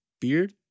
Beard